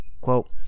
Quote